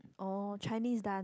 oh Chinese dance